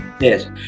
yes